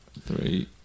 three